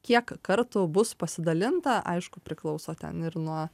kiek kartų bus pasidalinta aišku priklauso ten ir nuo